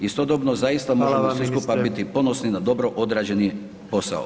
Istodobno zaista možemo svi skupa biti [[Upadica: Hvala vam ministre]] ponosni na dobro odrađeni posao.